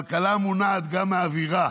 כלכלה מונעת גם מאווירה,